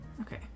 Okay